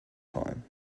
time